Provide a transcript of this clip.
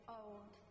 old